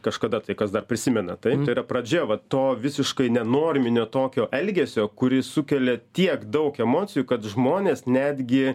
kažkada tai kas dar prisimena taip tai yra pradžia va to visiškai nenorminio tokio elgesio kuris sukelia tiek daug emocijų kad žmonės netgi